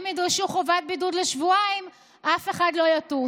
אם ידרשו חובת בידוד לשבועיים אף אחד לא יטוס.